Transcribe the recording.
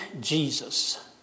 Jesus